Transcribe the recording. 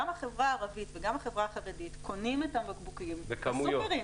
גם החברה הערבית וגם החברה החרדית קונים את הבקבוקים בסופרים.